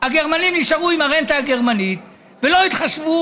הגרמנים נשארו עם הרנטה הגרמנית ולא התחשבו